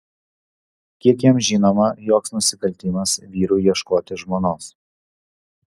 kiek jam žinoma joks nusikaltimas vyrui ieškoti žmonos